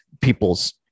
people's